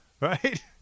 right